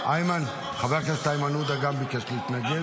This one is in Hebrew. גם חבר הכנסת איימן עודה ביקש להתנגד.